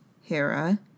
Hera